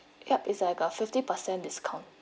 yup is like a fifty percent discount